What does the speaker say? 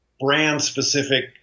brand-specific